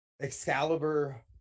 Excalibur